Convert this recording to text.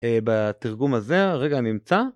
בתרגום הזה רגע נמצא